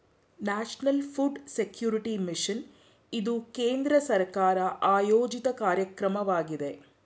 national food security mission ಇದು ಕೇಂದ್ರ ಸರ್ಕಾರ ಆಯೋಜಿತ ಕಾರ್ಯಕ್ರಮವಾಗಿದೆ